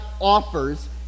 offers